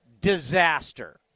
disaster